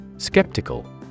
Skeptical